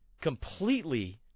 completely